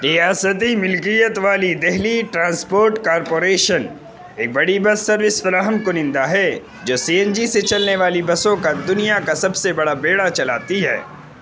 ریاستی ملکیت والی دہلی ٹرانسپورٹ کارپوریشن ایک بڑی بس سروس فراہم کنندہ ہے جو سی این جی سے چلنے والی بسوں کا دنیا کا سب سے بڑا بیڑا چلاتی ہے